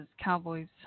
Cowboys